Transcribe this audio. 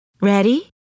Ready